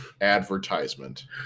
advertisement